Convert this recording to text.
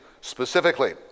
specifically